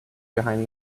behind